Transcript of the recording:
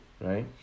right